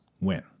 win